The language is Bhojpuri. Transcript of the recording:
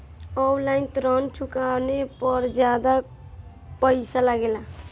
आन लाईन ऋण चुकावे पर ज्यादा पईसा लगेला?